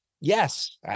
yes